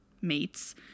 mates